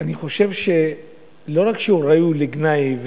אני חושב שלא רק שהוא ראוי לגנאי,